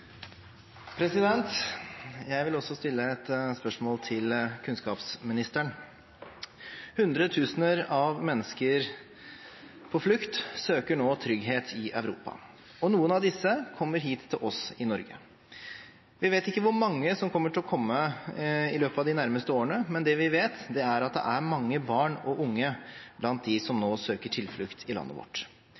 Jeg vil også stille et spørsmål til kunnskapsministeren. Hundretusener av mennesker på flukt søker nå trygghet i Europa, og noen av disse kommer hit til oss i Norge. Vi vet ikke hvor mange som kommer til å komme i løpet av de nærmeste årene, men det vi vet, er at det er mange barn og unge blant dem som nå søker tilflukt i landet vårt.